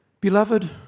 Beloved